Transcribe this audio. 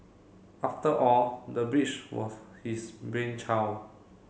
after all the bridge was his brainchild